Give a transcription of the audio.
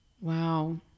Wow